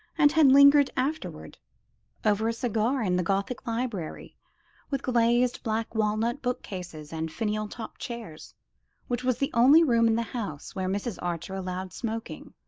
and had lingered afterward over a cigar in the gothic library with glazed black-walnut bookcases and finial-topped chairs which was the only room in the house where mrs. archer allowed smoking.